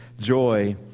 joy